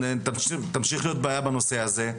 תמשיך להיות בעיה בנושא הזה,